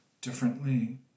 differently